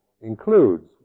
includes